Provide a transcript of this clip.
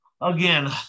again